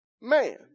man